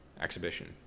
exhibition